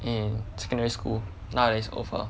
in secondary school nowadays over